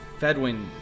Fedwin